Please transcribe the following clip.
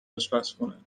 آشپزخونه